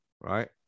right